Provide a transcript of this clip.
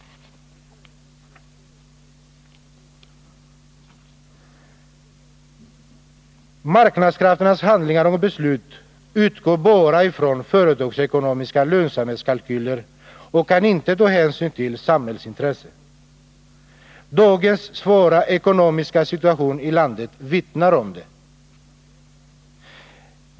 Marknadskrafternas handlingar och beslut utgår bara ifrån företagsekonomiska lönsamhetskalkyler och kan inte ta hänsyn till samhällsintressen. Dagens svåra ekonomiska situation i landet vittnar om det.